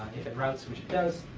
if it routes, which it does.